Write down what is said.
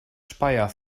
speyer